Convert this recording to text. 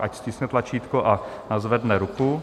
Ať stiskne tlačítko a zvedne ruku.